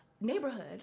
neighborhood